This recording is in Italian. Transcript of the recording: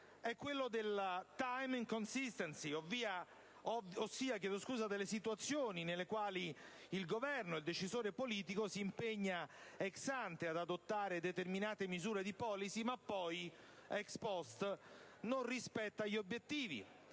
è quello del *time inconsistency*, ossia delle situazioni nelle quali il Governo, il decisore politico, si impegna *ex ante* ad adottare determinate misure di *policy*, ma poi *ex post* non rispetta gli obiettivi